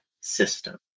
system